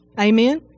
Amen